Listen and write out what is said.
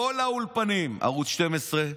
בכל האולפנים, ערוץ 12,